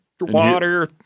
Water